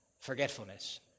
forgetfulness